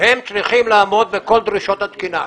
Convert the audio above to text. הם צריכים לעמוד בכל דרישות התקינה.